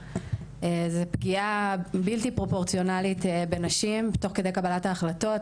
היא פגיעה בלתי פרופורציונלית בנשים תוך כדי קבלת ההחלטות.